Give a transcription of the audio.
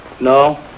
No